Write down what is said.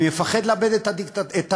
אני מפחד לאבד את הדמוקרטיה.